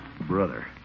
Brother